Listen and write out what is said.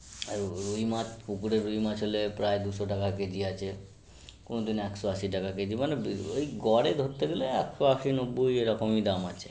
আর রুই মাছ পুকুরের রুই মাছ হলে প্রায় দুশো টাকা কেজি আছে কোনও দিন একশো আশি টাকা কেজি মানে ওই গড়ে ধরতে গেলে একশো আশি নব্বই এরকমই দাম আছে